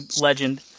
legend